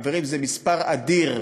חברים, זה מספר אדיר.